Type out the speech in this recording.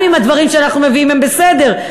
גם אם הדברים שאנחנו מביאים הם בסדר.